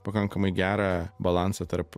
pakankamai gerą balansą tarp